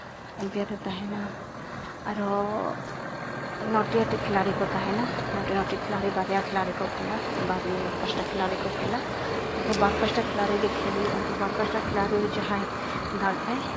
ᱟᱢᱯᱮᱭᱟᱨᱮ ᱛᱟᱦᱮᱱᱟ ᱟᱨᱚ ᱱᱚᱴᱤ ᱠᱟᱛᱮᱫ ᱠᱷᱮᱞᱟᱲᱤ ᱠᱚ ᱛᱟᱦᱮᱱᱟ ᱱᱚᱴ ᱱᱚᱴᱤ ᱠᱷᱮᱞᱟᱲᱤ ᱵᱟᱨᱭᱟ ᱠᱷᱞᱟᱲᱤ ᱠᱚ ᱠᱷᱮᱞᱟ ᱵᱟᱨ ᱯᱟᱥᱴᱟ ᱠᱷᱮᱞᱟᱲᱤ ᱠᱚ ᱠᱷᱮᱞᱟ ᱵᱟᱨ ᱯᱟᱥᱴᱟ ᱠᱷᱮᱞᱟᱲᱤ ᱨᱮ ᱠᱷᱮᱞ ᱦᱩᱭᱩᱜᱼᱟ ᱵᱟᱨ ᱯᱟᱥᱴᱟ ᱠᱷᱮᱞᱟᱲᱤ ᱨᱮ ᱡᱟᱦᱟᱸᱭ ᱫᱟᱲᱮ ᱟᱭ